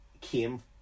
came